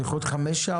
זה יכול להיות חמש שעות,